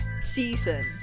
season